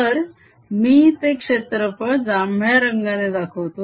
तर मी ते क्षेत्रफळ जांभळ्या रंगाने दाखवतो